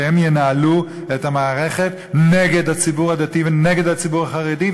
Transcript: שהם ינהלו את המערכת נגד הציבור הדתי ונגד הציבור החרדי,